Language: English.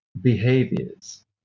behaviors